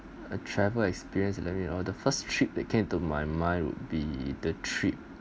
a travel experience oh the first trip that came into my mind would be the trip